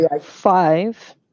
five